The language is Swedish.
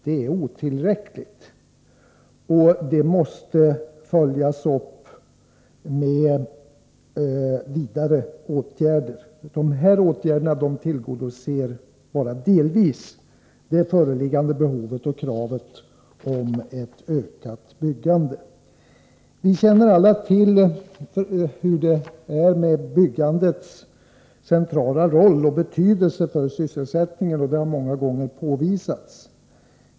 Dessa program måste följas upp med ytterligar åtgärder. De nu aktuella åtgärderna tillgodoser bara delvis det föreliggande behovet och kravet på ökat byggande. Vi känner alla till byggandets centrala roll och betydelse för sysselsättningen. Den har många gånger påvisats.